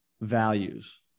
values